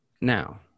Now